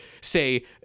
say